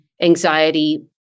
anxiety